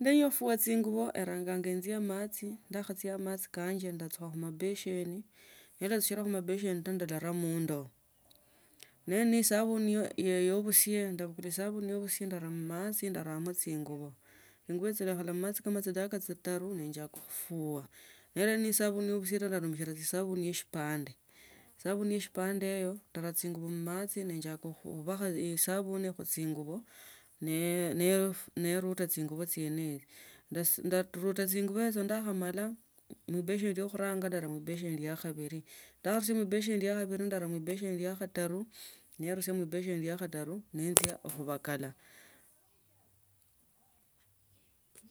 Nenya khufua chingubo eranga njia machi ndakhachia machi kanje ndachukha mubaseni nera sile mubasheni ta ndara mmandoo nemba ne esabuni ya obusie, ndabukula esabuni ya obusie ndara nemachi ndaramo chingubi chinguho chino khandi kalaba khataru nenjaka khufuya nera li nenda esabuni ya busie ndarumikhala esabuni ya eshipande, esabuni ya eshipande hiyo ndakachire mmachi nechakha khubakha esabuni mchingubo neruta chingubo chime hicho, ndanita chingubo chiene hichio ndakhamala ne ebeseni ya khuranga ndara khubesheni ya khabili, ndakhashiba ebesheni ya khabili ndara khulia la khatani nenisia khubeseni ya khataru nenjia khubakala.